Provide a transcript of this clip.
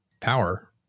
power